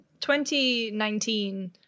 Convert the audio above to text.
2019